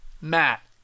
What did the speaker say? Matt